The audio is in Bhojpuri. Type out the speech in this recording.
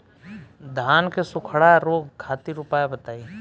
धान के सुखड़ा रोग खातिर उपाय बताई?